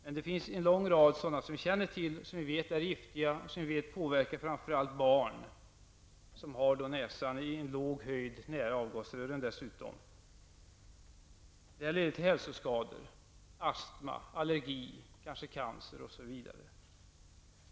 Men många ämnen känner vi till och vet att de är giftiga och påverkar framför allt barnen, som dessutom har näsan närmare avgasrören. Det leder till hälsoskador: astma, allergier, kanske cancer osv.